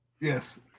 Yes